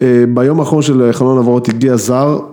ביום האחרון של חלון עברות תגיעה זר